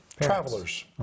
Travelers